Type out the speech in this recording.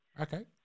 Okay